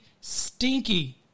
stinky